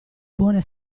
buone